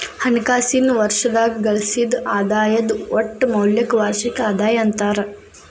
ಹಣಕಾಸಿನ್ ವರ್ಷದಾಗ ಗಳಿಸಿದ್ ಆದಾಯದ್ ಒಟ್ಟ ಮೌಲ್ಯಕ್ಕ ವಾರ್ಷಿಕ ಆದಾಯ ಅಂತಾರ